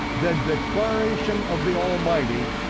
that declaration of the almighty,